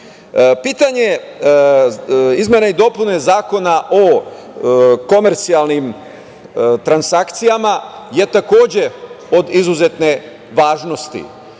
izmene i dopune Zakona o komercijalnim transakcijama je takođe od izuzetne važnosti.